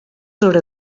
hora